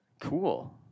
Cool